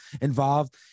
involved